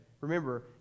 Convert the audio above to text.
Remember